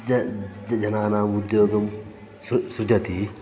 ज जनानाम् उद्योगं सृ सृजति